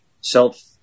self